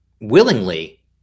willingly